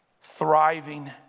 thriving